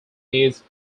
needs